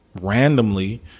randomly